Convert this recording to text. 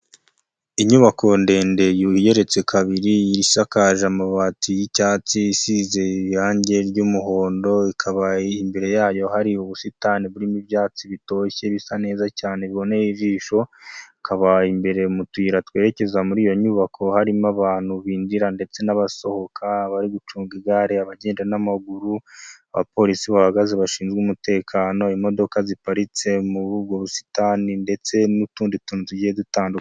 Inyubako ndende igeretse kabiri, isakaje amabati y'icyatsi, isize irangi ry'umuhondo. Ikaba imbere yayo hari ubusitani burimo ibyatsi bitoshye bisa neza cyane biboneye ijisho. Ikaba imbere mu tuyira twerekeza muri iyo nyubako harimo abantu binjira ndetse n'abasohoka. Abari gucunga igare, abagenda n'amaguru, abapolisi bahagaze bashinzwe umutekano, imodoka ziparitse muri ubwo busitani ndetse n'utundi tuzugiye dutandukanye.